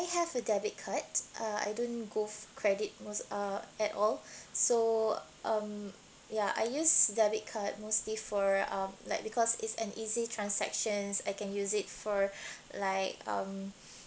have a debit card uh I don't go f~ credit most uh at all so um ya I use debit card mostly for um like because it's an easy transaction I can use it for like um